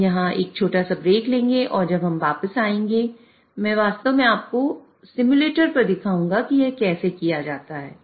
हम एक छोटा ब्रेक लेंगे और जब हम वापस आएंगे मैं वास्तव में आपको सिम्युलेटर पर दिखाऊंगा कि यह कैसे किया जा सकता है